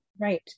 Right